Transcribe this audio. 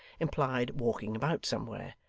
implied walking about somewhere.